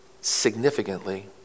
significantly